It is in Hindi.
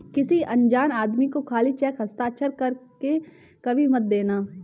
किसी अनजान आदमी को खाली चेक हस्ताक्षर कर के कभी मत देना